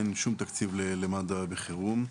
אין שום תקציב למד"א בחירום.